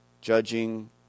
judging